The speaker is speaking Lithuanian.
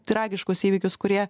tragiškus įvykius kurie